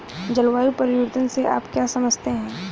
जलवायु परिवर्तन से आप क्या समझते हैं?